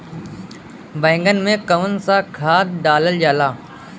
बैंगन में कवन सा खाद डालल जाला?